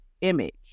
image